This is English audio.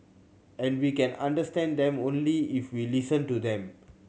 and we can understand them only if we listen to them